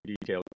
detail